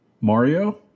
Mario